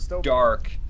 dark